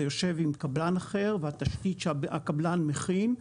יושב עם קבלן אחר והתשתית שהקבלן מכין,